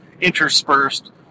interspersed